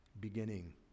beginning